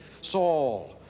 Saul